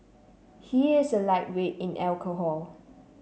he is a lightweight in alcohol